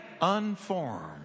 unformed